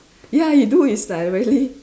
ya he do it's like really